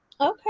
Okay